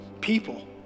people